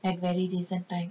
and very decent type